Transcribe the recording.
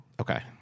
Okay